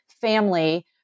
family